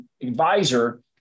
advisor